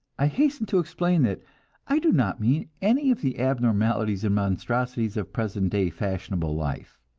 i hasten to explain that i do not mean any of the abnormalities and monstrosities of present-day fashionable life.